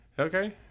Okay